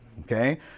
Okay